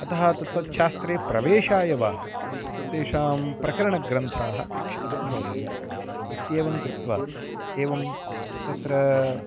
अतः तत्तत् शास्त्रे प्रवेशाय वा तेषां प्रकरणग्रन्थाः अपेक्षिताः भवन्ति इत्येवं कृत्वा एवं तत्र